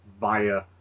via